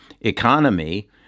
economy